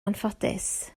anffodus